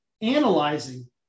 analyzing